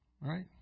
Right